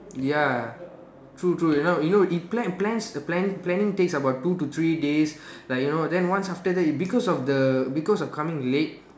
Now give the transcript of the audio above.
ya true true you know you know it plan plans plan planning takes about two to three days like you know then once after that because of the because of coming late